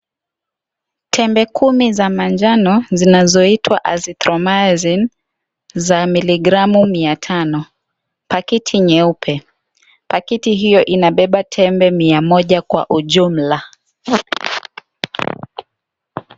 Tembe kumi za manjano zinazoitwa Azithromycin za miligramu Mia tano. Pakiti nyeupe. Pakiti hiyo inabeba tembe Mia moja kwa ujumla.